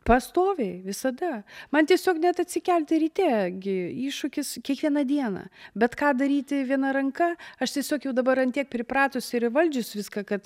pastoviai visada man tiesiog net atsikelti ryte gi iššūkis kiekvieną dieną bet ką daryti viena ranka aš tiesiog jau dabar ant tiek pripratus ir įvaldžius viską kad